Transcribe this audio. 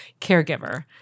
caregiver